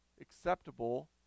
acceptable